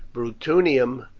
bruttium,